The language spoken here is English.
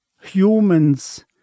humans